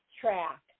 track